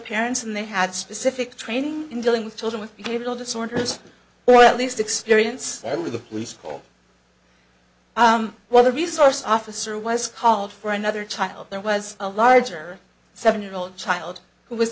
parents and they had specific training in dealing with children with behavioral disorders or at least experience and with the police school while the resource officer was called for another child there was a larger seven year old child who was